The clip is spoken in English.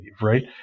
right